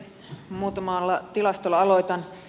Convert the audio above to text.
muutamalla tilastolla aloitan